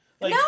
No